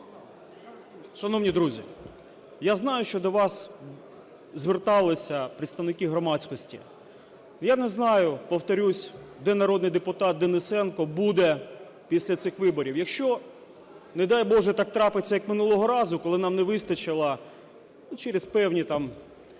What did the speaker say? Шановні друзі, я знаю, що до вас зверталися представники громадськості. Я не знаю, повторюсь, де народний депутат Денисенко буде після цих виборів. Якщо, не дай Боже, так трапиться, як минулого разу, коли нам не вистачило через певні там